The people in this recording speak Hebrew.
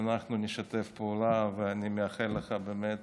אנחנו נשתף פעולה, ואני מאחל לך באמת